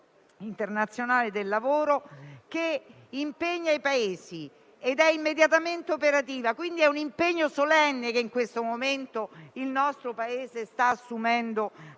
internazionale del lavoro che impegna i Paesi ed è immediatamente operativa. È un impegno solenne che il nostro Paese sta assumendo